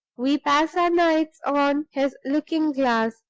we pass our nights on his looking-glass,